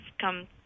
come